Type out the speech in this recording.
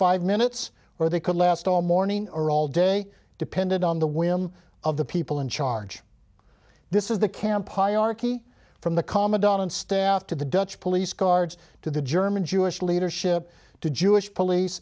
five minutes where they could last all morning or all day depended on the whim of the people in charge this is the camp hierarchy from the commandant and staff to the dutch police guards to the german jewish leadership to jewish police